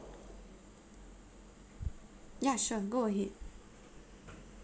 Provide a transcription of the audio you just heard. ya sure go ahead